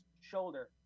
shoulder